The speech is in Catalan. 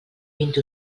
vint